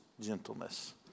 gentleness